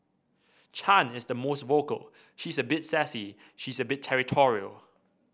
Chan is the most vocal she's a bit sassy she's a bit territorial